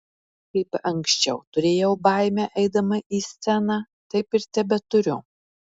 kaip anksčiau turėjau baimę eidama į sceną taip ir tebeturiu